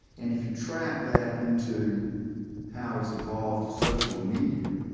and if you track that into how it's evolved to social media,